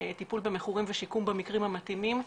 טיפול במכורים ושיקום במקרים המתאימים..."